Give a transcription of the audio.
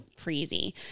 crazy